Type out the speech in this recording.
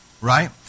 Right